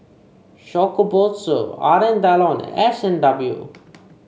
Shokubutsu Alain Delon and S and W